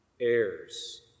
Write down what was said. heirs